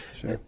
Sure